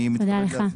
תודה לך.